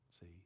See